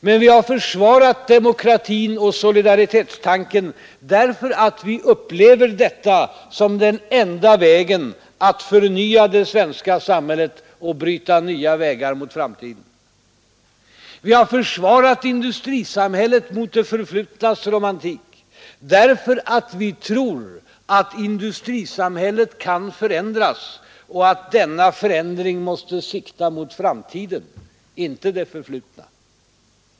Men vi har försvarat demokratin och solidaritetstanken därför att vi upplever detta som det enda sättet att förnya det svenska samhället och bryta nya vägar mot framtiden. Vi har försvarat industrisamhället mot det förflutnas romantik därför att vi tror att industrisamhället kan förändras och att denna förändring måste sikta mot framtiden, inte det förflutna.